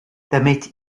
damit